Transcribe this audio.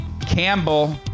Campbell